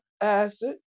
acid